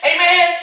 Amen